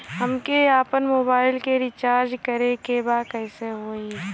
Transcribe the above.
हमके आपन मोबाइल मे रिचार्ज करे के बा कैसे होई?